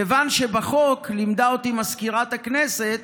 כיוון שבחוק, לימדה אותי מזכירת הכנסת,